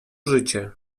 życie